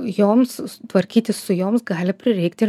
joms tvarkytis su joms gali prireikti ir